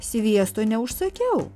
sviesto neužsakiau